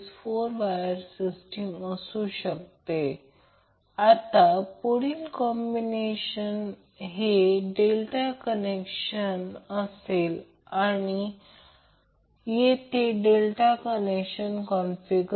तर जसे की जर ते मॅग्नेट फिरत असेल तर याचा अर्थ असा आहे की या वायंडीगमध्ये फ्लक्स लिंकिंग होत त्यामुळे व्होल्टेज तयार होईल